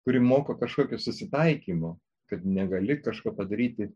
kuri moko kažkokio susitaikymo kad negali kažko padaryti